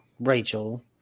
Rachel